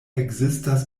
ekzistas